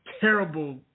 Terrible